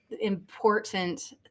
important